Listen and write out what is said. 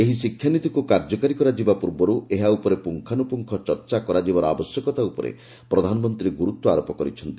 ଏହି ଶିକ୍ଷାନୀତିକୁ କାର୍ଯ୍ୟକାରୀ କରାଯିବା ପୂର୍ବରୁ ଏହା ଉପରେ ପୁଙ୍ଗାନୁପୁଙ୍ଗ ଚର୍ଚା କରିବାର ଆବଶ୍ୟକତା ଉପରେ ପ୍ରଧାନମନ୍ତ୍ରୀ ଗୁରୁତ୍ୱାରୋପ କରିଛନ୍ତି